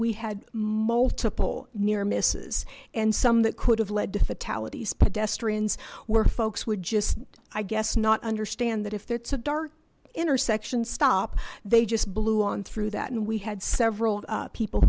we had multiple near misses and some that could have led to fatalities pedestrians where folks would just i guess not understand that if it's a dark intersection stop they just blew on through that and we had several people